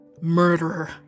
Murderer